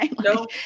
No